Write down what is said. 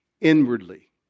inwardly